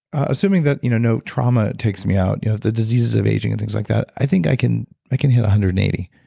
assuming that you know no trauma takes me out, you know the diseases of aging and things like that, i think i can i can hit one hundred and eighty